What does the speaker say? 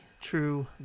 true